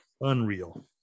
unreal